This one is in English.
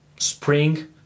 spring